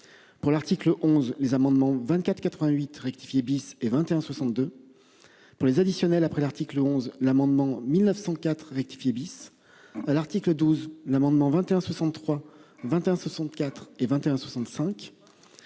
Pour l'article 11, les amendements 24 88 rectifier bis et 21 62. Pour les additionnel après l'article 11 l'amendement 1904 rectifié bis à l'article 12 l'amendement 21 63 21 64 et 21 65.